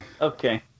Okay